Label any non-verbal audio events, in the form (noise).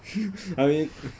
(laughs) I mean